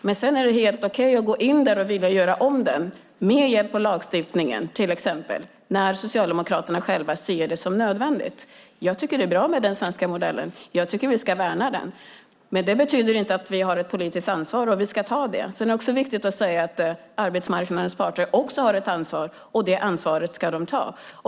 Men sedan är det helt okej att gå in och göra om den till exempel med hjälp av lagstiftningen när socialdemokraterna själva ser det som nödvändigt. Jag tycker att det är bra med den svenska modellen, och jag tycker att vi ska värna den. Men det betyder inte att vi inte har politiskt ansvar, och vi ska ta det ansvaret. Arbetsmarknadens parter har också ett ansvar, och det ansvaret ska de ta.